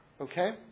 Okay